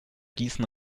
gießen